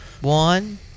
One